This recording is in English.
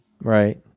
Right